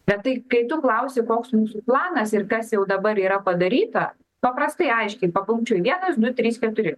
bet tai kai tu klausi koks mūsų planas ir kas jau dabar yra padaryta paprastai aiškiai papunkčiui vienas du trys keturi